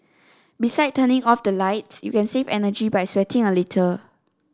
besides turning off the lights you can save energy by sweating a little